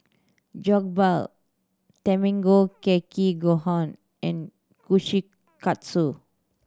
Jokbal Tamago Kake Gohan and Kushikatsu